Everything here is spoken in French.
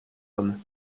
homme